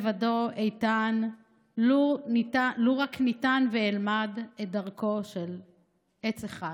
לבדו איתן / לו רק ניתן ואלמד / את דרכו של עץ אחד."